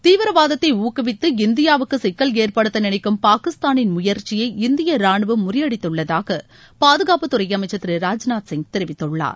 தீவிரவாதத்தை ஊக்குவித்து இந்தியாவுக்கு சிக்கல் ஏற்படுத்த நினைக்கும் பாகிஸ்தானின் முயற்சியை இந்திய ராணுவம் முறியடித்துள்ளதாக பாதுகாப்புத்துறை அமைச்சர் திரு ராஜ்நாத்சிங் தெரிவித்துள்ளார்